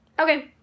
okay